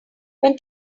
when